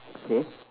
K